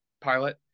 pilot